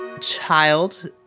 child